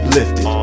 lifted